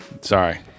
Sorry